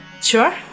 Sure